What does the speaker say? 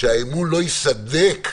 שהאמון לא ייסדק,